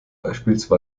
bspw